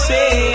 Say